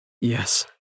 Yes